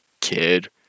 kid